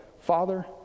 father